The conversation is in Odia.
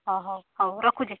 ହଁ ହଉ ହଉ ରଖୁଛି